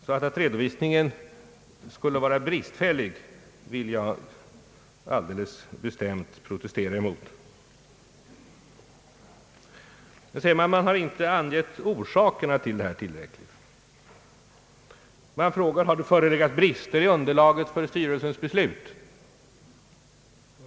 Jag vill därför alldeles bestämt protestera emot att redovisningen skulle vara bristfällig. Man säger att vi inte tillräckligt angivit orsakerna och frågar: Har det förelegat brister i underlaget för styrelsens beslut?